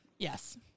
Yes